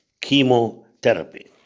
Chemotherapy